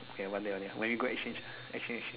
okay one day one day when you go exchange exchange